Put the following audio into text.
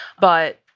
but-